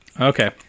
Okay